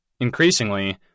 Increasingly